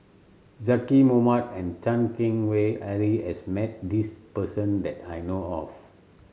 Zaqy Mohamad and Chan Keng Howe Harry has met this person that I know of